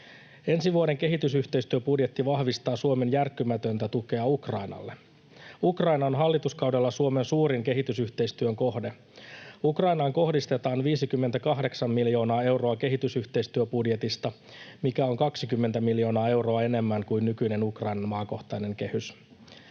Ensi vuoden kehitysyhteistyöbudjetti vahvistaa Suomen järkkymätöntä tukea Ukrainalle. Ukraina on hallituskaudella Suomen suurin kehitysyhteistyön kohde. Ukrainaan kohdistetaan 58 miljoonaa euroa kehitysyhteistyöbudjetista, mikä on 20 miljoonaa euroa enemmän kuin nykyinen Ukrainan maakohtainen kehys.